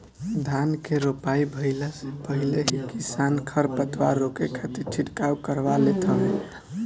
धान के रोपाई भइला से पहिले ही किसान खरपतवार रोके खातिर छिड़काव करवा लेत हवे